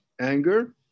anger